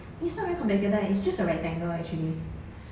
it's not very complicated it's just a rectangle actually